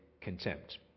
contempt